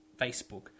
Facebook